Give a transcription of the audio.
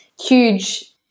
huge